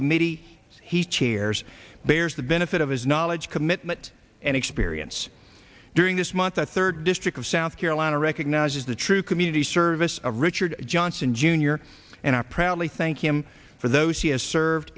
committee he chairs bears the benefit of his knowledge commitment and experience during this month a third district of south carolina recognizes the true community service of richard johnson jr and i proudly thank him for those he has served